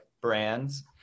brands